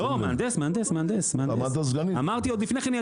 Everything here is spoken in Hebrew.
לא, מהנדס, מהנדס, מהנדס.